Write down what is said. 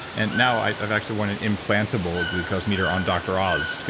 and now, i've actually went and implantable glucose meter on dr. oz,